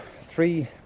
three